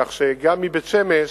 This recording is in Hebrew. כך שגם מבית-שמש,